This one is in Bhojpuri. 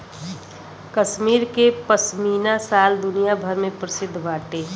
कश्मीर के पश्मीना शाल दुनिया भर में प्रसिद्ध बाटे